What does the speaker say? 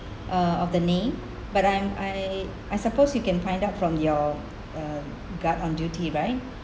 uh of the name but I'm I I suppose you can find out from your uh guard on duty right